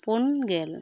ᱯᱩᱱ ᱜᱮᱞ